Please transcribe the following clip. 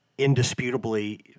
indisputably